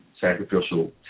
sacrificial